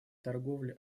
торговле